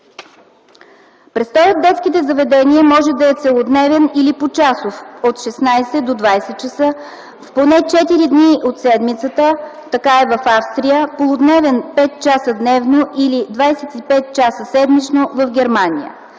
Престоят в детските заведения може да е целодневен или почасов – от 16,00 до 20,00 ч., поне четири дни от седмицата, така е в Австрия; полудневен – 5 часа дневно или 25 часа седмично – в Германия.